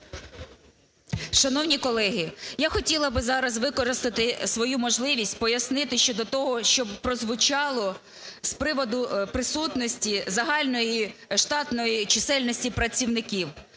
Шановні колеги, я хотіла би зараз використати свою можливість пояснити щодо того, що прозвучало з приводу присутності загальної штатної чисельності працівників.